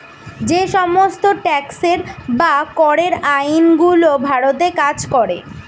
যে সমস্ত ট্যাক্সের বা করের আইন গুলো ভারতে কাজ করে